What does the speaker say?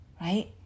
right